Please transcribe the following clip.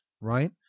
right